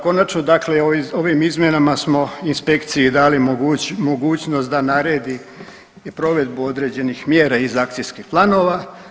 Konačno dakle ovim izmjenama smo inspekciji dali mogućnost da naredi i provedbu određenih mjera iz akcijskih planova.